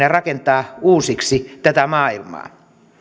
ja rakentaa uusiksi tätä maailmaa